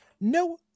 No